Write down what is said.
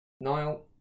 Niall